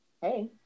hey